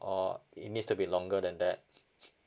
or it needs to be longer than that